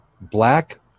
black